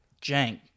Jank